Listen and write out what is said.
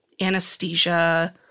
anesthesia